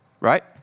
right